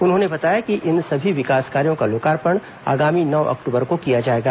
उन्होने बताया कि इन सभी विकास कार्यो का लोकार्पण आगामी नौ अक्टूबर को किया जाएगा